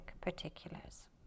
particulars